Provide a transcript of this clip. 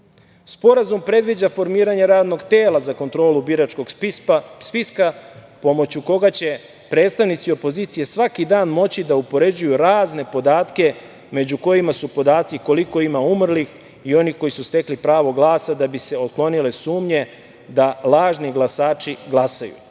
Sporazum predviđa formiranje radnog tela za kontrolu biračkog spiska pomoću koga će predstavnici opozicije svaki dan moći da upoređuju razne podatke među kojima su podaci koliko ima umrlih i onih koji su stekli pravo glasa da bi se otklonile sumnje da lažni glasači glasaju. Takođe,